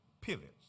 pivots